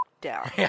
down